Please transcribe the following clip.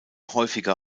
häufiger